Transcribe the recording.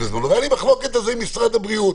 והייתה לי מחלוקת לגבי זה עם משרד הבריאות,